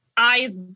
eyes